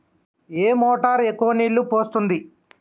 ఏ motor ఎక్కువ నీళ్లు పోస్తుంది?